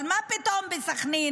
אבל מה פתאום להפגין בסח'נין?